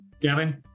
Gavin